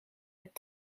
het